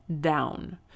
down